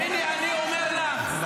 הינה, אני אומר לך,